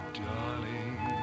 darling